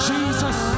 Jesus